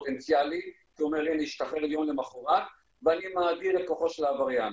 הפוטנציאלי כי הוא משתחרר יום למחרת ואני מאדיר את כוחו של העבריין.